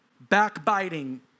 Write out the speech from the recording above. backbiting